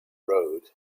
road